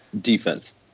Defense